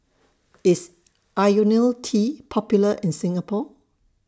IS Ionil T Popular in Singapore